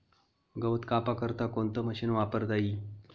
गवत कापा करता कोणतं मशीन वापरता ई?